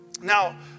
Now